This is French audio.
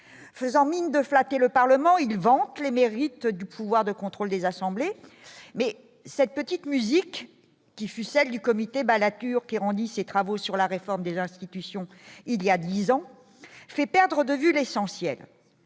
faisant mine de flatter le Parlement, il vante les mérites du pouvoir de contrôle des assemblées mais cette petite musique qui fut celle du comité Balladur qui rendit ses travaux sur la réforme des institutions, il y a 10 ans fait perdre de vue l'essentiel